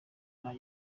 nta